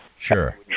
Sure